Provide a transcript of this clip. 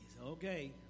Okay